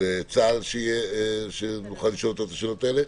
צה"ל שנוכל לשאול אותו את השאלות האלה,